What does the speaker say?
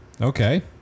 okay